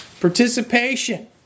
participation